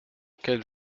quelle